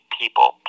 people